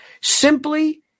Simply